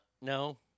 no